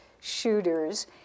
shooters